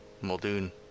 Muldoon